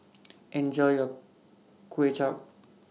Enjoy your Kway Chap